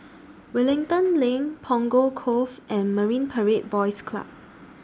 Wellington LINK Punggol Cove and Marine Parade Boys Club